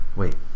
wait